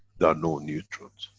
there are no neutrons.